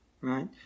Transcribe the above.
right